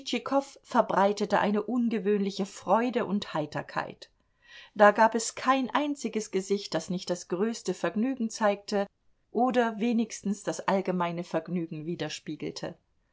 verbreitete eine ungewöhnliche freude und heiterkeit da gab es kein einziges gesicht das nicht das größte vergnügen zeigte oder wenigstens das allgemeine vergnügen widerspiegelte